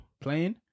Playing